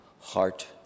heart